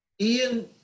Ian